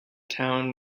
town